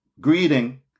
greeting